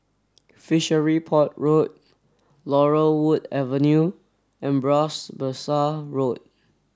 Fishery Port Road Laurel Wood Avenue and Bras Basah Road